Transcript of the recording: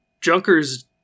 junkers